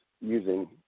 using